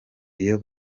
iyo